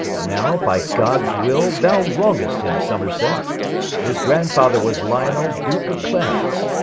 now by gods will thou wrong'st him, somerset his grandfather was lyonel duke of clarence,